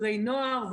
חוקרי נוער,